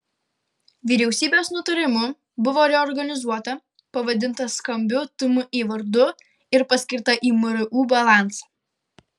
vyriausybės nutarimu buvo reorganizuota pavadinta skambiu tmi vardu ir paskirta į mru balansą